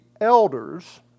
elders